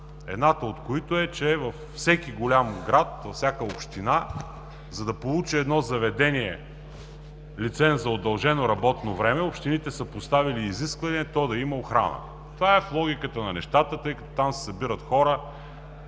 Едната е, че във всеки голям град, във всяка община, за да получи едно заведение лиценз за удължено работно време, общините са поставили изискване то да има охрана. Това е в логиката на нещата, тъй като там се събират хора,